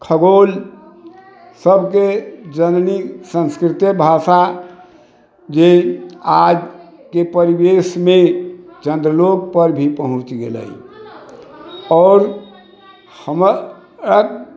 खगोल सभके जननी संस्कृते भाषा जे आजके परिवेशमे चन्द्रलोक पर भी पहुँच गेलै आओर हमर